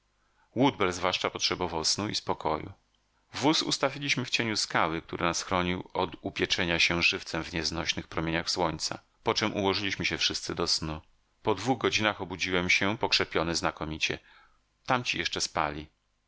woodbell zwłaszcza potrzebował snu i spokoju wóz ustawiliśmy w cieniu skały który nas chronił od upieczenia się żywcem w nieznośnych promieniach słońca poczem ułożyliśmy się wszyscy do snu po dwóch godzinach obudziłem się pokrzepiony znakomicie tamci jeszcze spali